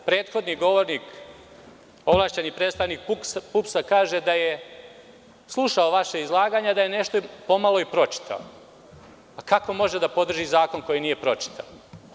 Prethodni govornik ovlašćeni predstavnik PUPS-a kaže da je slušao vaša izlaganje, da je nešto pomalo pročitao, pa kako može da podrži zakon koji nije pročitao.